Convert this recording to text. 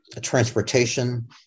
transportation